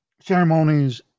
ceremonies